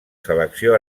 selecció